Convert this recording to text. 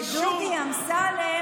לדודי אמסלם